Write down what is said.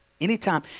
anytime